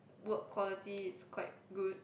work quality is quite good